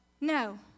No